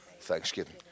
Thanksgiving